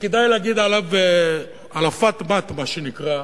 וכדאי להגיד עליו "אילי פת, מת", מה שנקרא,